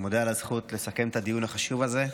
אני מודה על הזכות לסכם את הדיון החשוב הזה.